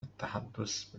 التحدث